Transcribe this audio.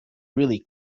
really